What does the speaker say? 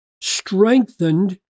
Strengthened